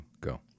go